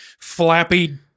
flappy